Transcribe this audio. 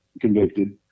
convicted